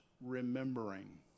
remembering